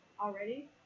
already